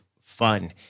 fun